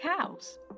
cows